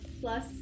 plus